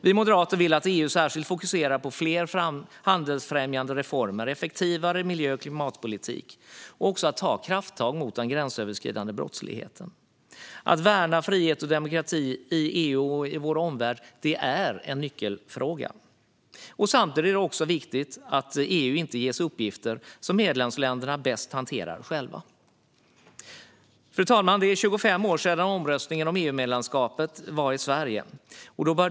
Vi moderater vill att EU fokuserar särskilt på fler handelsfrämjande reformer och en effektivare miljö och klimatpolitik, och vi vill också att EU tar krafttag mot den gränsöverskridande brottsligheten. Att värna frihet och demokrati i EU och vår omvärld är en nyckelfråga. Samtidigt är det också viktigt att EU inte ges uppgifter som medlemsländerna bäst hanterar själva. Fru talman! Det är 25 år sedan den svenska omröstningen om EU-medlemskapet hölls.